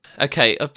okay